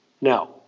Now